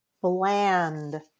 bland